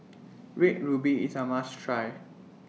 Red Ruby IS A must Try